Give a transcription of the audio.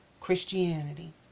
Christianity